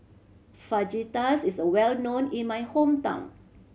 fajitas is well known in my hometown